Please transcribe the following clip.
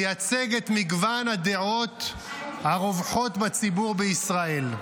לייצג את מגוון הדעות הרווחות בציבור בישראל.